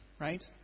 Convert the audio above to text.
Right